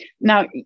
Now